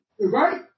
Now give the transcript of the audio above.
Right